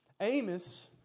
Amos